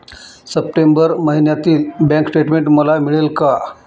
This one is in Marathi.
सप्टेंबर महिन्यातील बँक स्टेटमेन्ट मला मिळेल का?